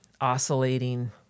oscillating